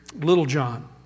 Littlejohn